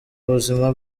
ubuzima